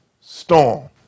storm